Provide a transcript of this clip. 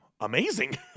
Amazing